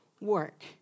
work